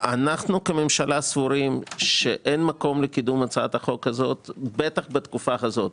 אנחנו כממשלה סבורים שאין מקום לקידום הצעת החוק הזאת בטח בתקופה הזאת.